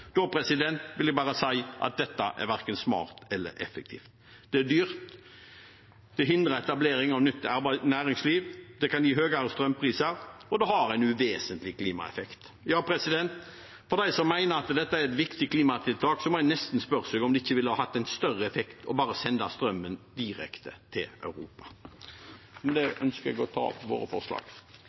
Da vil jeg bare si at dette er verken smart eller effektivt. Det er dyrt, det hindrer etablering av nytt næringsliv, det kan gi høyere strømpriser, og det har en uvesentlig klimaeffekt. Ja, til dem som mener at dette er et viktig klimatiltak: En må nesten spørre seg om ikke det ville hatt en større effekt bare å sende strømmen direkte til Europa. Med det ønsker jeg å ta opp vårt forslag.